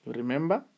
Remember